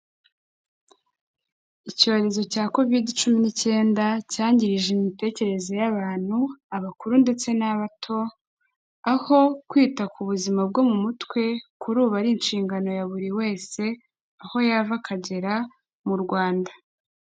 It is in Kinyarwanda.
Icyorezo cya covid cumi n'icyenda cyangijeri imitekerereze y'abantu abakuru ndetse n'abato, aho kwita ku buzima bwo mu mutwe kuri ubu ari inshingano ya buri wese aho yava akagera mu Rwanda.